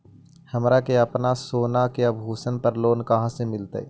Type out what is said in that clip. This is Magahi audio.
हमरा के अपना सोना के आभूषण पर लोन कहाँ से मिलत?